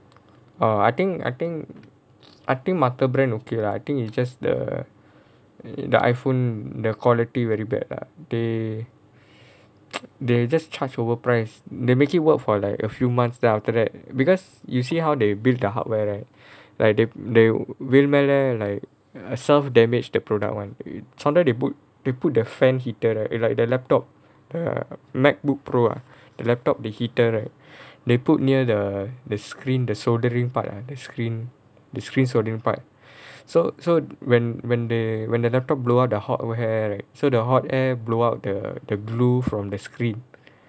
orh I think I think I think மத்த:maththa brand okay lah I think it's just the the iPhone the quality very bad lah they they just charged overprice they make it work for like a few months then after that because you see how they build their hardware right like they they விழுந்தாலே:vizhunthalae like err self damage the product [one] sometime they put they put the fan heater right like the laptop the MacBook Pro ah the laptop the heater right they put near the the screen the soldering part ah the screen the screen soldering part so so when when they when the laptop blow up the hot air right so the hot air blow out the the glue from the screen